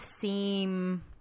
seem